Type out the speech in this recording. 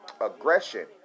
aggression